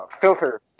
filter